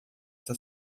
está